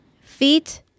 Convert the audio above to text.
Feet